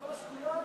ממש כולן?